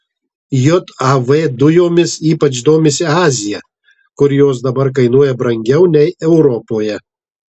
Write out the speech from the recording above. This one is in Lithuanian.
jav dujomis ypač domisi azija kur jos dabar kainuoja brangiau nei europoje